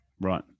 Right